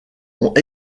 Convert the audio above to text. ont